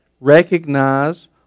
recognize